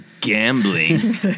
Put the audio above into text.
gambling